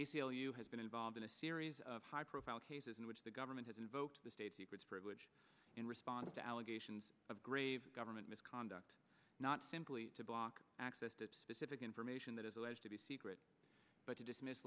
u has been involved in a series of high profile cases in which the government has invoked the state secrets privilege in response to allegations of grave government misconduct not simply to block access to specific information that is alleged to be secret but to dismiss